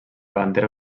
bandera